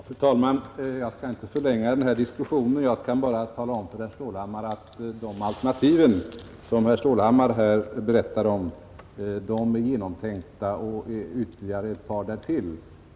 Fru talman! Jag skall inte förlänga den här diskussionen. Jag kan bara tala om för herr Stålhammar att de alternativ som han här berättar om är genomtänkta — och ytterligare ett par därtill.